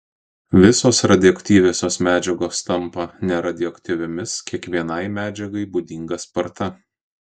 visos radioaktyviosios medžiagos tampa neradioaktyviomis kiekvienai medžiagai būdinga sparta